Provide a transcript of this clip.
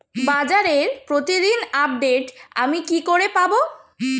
বাজারের প্রতিদিন আপডেট আমি কি করে পাবো?